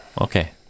Okay